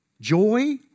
Joy